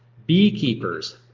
beekeepers.